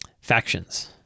factions